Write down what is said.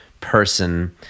person